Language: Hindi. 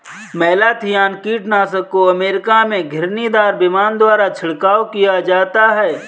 मेलाथियान कीटनाशक को अमेरिका में घिरनीदार विमान द्वारा छिड़काव किया जाता है